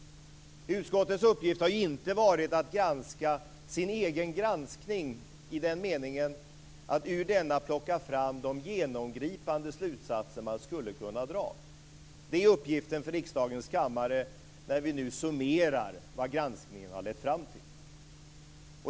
Utskottets uppgift har inte varit att granska sin egen granskning i den meningen att ur denna plocka fram de genomgripande slutsatser man skulle kunna dra. Det är uppgiften för riksdagens kammare när vi nu summerar vad granskningen har lett fram till.